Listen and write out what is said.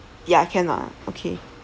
ya cannot ah okay